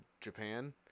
japan